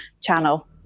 channel